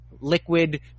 liquid